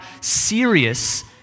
serious